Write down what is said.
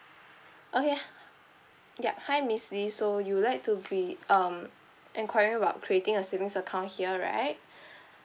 okay ya hi miss lee so you would like to be um enquire about creating a savings account here right